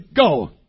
go